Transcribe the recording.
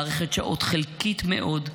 מערכת שעות חלקית מאוד,